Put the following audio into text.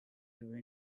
your